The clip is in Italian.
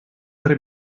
tre